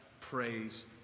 praise